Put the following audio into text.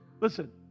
Listen